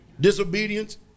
Disobedience